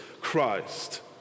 Christ